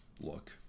look